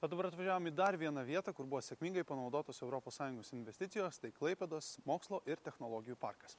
o dabar atvažiavom į dar vieną vietą kur buvo sėkmingai panaudotos europos sąjungos investicijos tai klaipėdos mokslo ir technologijų parkas